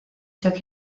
took